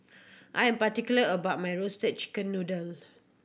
I'm particular about my Roasted Chicken Noodle